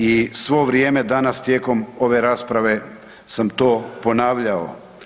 I svo vrijeme danas tijekom ove rasprave sam to ponavljao.